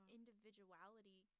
individuality